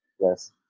Yes